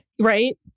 Right